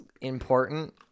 important